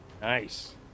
Nice